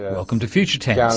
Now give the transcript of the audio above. welcome to future tense.